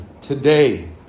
today